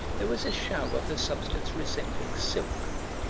there was a shower of a substance resembling silk.